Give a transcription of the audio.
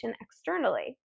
externally